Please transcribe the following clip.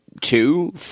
two